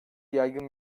yaygın